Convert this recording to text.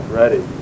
ready